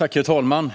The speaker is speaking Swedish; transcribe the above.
Herr talman!